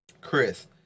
Chris